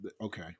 Okay